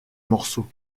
morceau